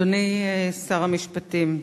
אדוני שר המשפטים,